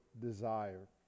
desire